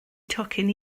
tocyn